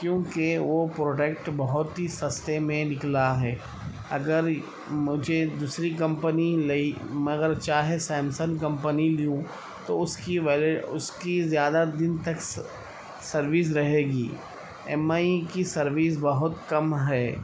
کیوںکہ وہ پروڈکٹ بہت ہی سستے میں نکلا ہے اگر مجھے دوسری کمپنی لی مگر چاہے سیمسنگ کمپنی لوں تو اس کی اس کی زیادہ دن تک سروس رہے گی ایم آئی کی سروس بہت کم ہے